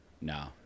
No